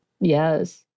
Yes